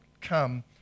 come